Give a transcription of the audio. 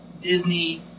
Disney